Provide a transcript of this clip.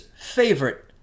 favorite